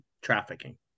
trafficking